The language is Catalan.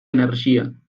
energia